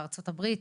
בארצות הברית,